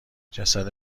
جسد